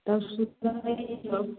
परसू तऽ नहि निकलब